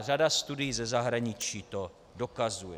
Řada studií ze zahraničí to dokazuje.